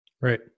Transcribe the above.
Right